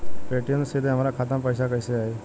Paytm से सीधे हमरा खाता मे पईसा कइसे आई?